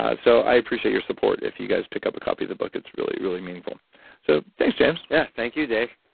ah so i appreciate your support if you guys pick up a copy of the book it's really, really meaningful so thanks james yeah, thank you, dave